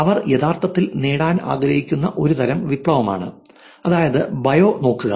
അവർ യഥാർത്ഥത്തിൽ നേടാൻ ആഗ്രഹിക്കുന്ന ഒരുതരം വിപ്ലവമാണ് അതായത് ബയോ നോക്കുക